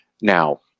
Now